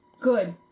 Good